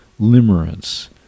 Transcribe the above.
Limerence